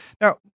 Now